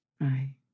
Right